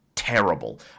Terrible